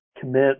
commit